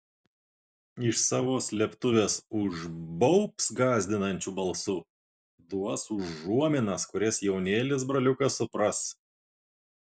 iš savo slėptuvės užbaubs gąsdinančiu balsu duos užuominas kurias jaunėlis broliukas supras